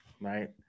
right